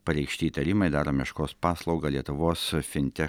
pareikšti įtarimai daro meškos paslaugą lietuvos fintech